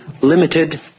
limited